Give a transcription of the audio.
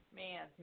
man